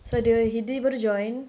so dia baru join